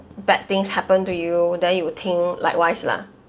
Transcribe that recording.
bad things happen to you then you would think likewise lah